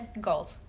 gold